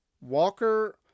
Walker